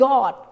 God